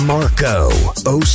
Marco